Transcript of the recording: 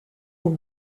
pour